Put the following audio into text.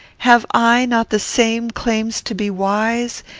have i not the same claims to be wise,